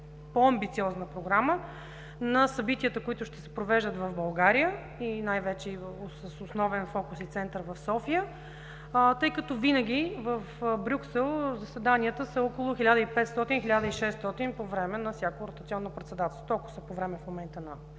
по-амбициозна програма на събитията, които ще се провеждат в България, най-вече с основен фокус и център в София, тъй като винаги в Брюксел заседанията са около 1500 – 1600 по време на всяко ротационно председателство. Толкова са планирани по време на